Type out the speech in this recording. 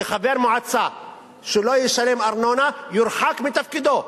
שחבר מועצה שלא ישלם ארנונה יורחק מתפקידו.